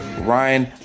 ryan